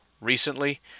recently